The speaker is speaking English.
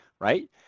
right